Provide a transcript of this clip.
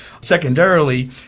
Secondarily